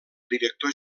director